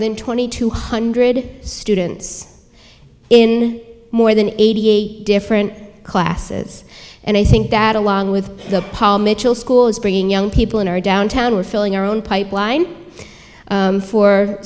than twenty two hundred students in more than eighty eight different classes and i think that along with the paul mitchell school is bringing young people in our downtown we're filling our own pipeline